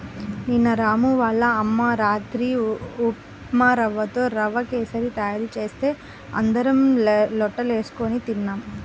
నిన్న రాము వాళ్ళ అమ్మ రాత్రి ఉప్మారవ్వతో రవ్వ కేశరి తయారు చేస్తే అందరం లొట్టలేస్కొని తిన్నాం